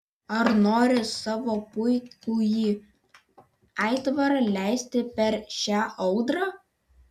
ar nori savo puikųjį aitvarą leisti per šią audrą